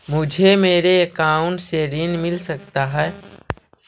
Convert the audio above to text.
मुझे मेरे अकाउंट से ऋण मिल सकता है?